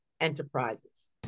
Enterprises